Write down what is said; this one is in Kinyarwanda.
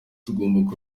tugomba